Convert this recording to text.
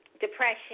depression